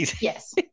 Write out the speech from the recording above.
yes